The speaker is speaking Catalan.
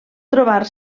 trobar